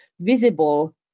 visible